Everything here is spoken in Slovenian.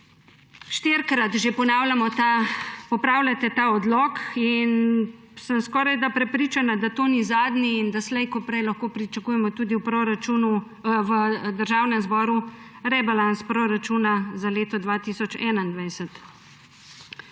porabo, četrtič že popravljate ta odlok in sem skorajda prepričana, da to ni zadnji in da slejkoprej lahko pričakujemo tudi v Državnem zboru rebalans proračuna za leto 2021.